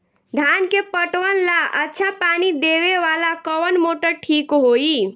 धान के पटवन ला अच्छा पानी देवे वाला कवन मोटर ठीक होई?